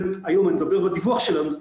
היום בדיווח שלנו,